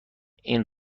این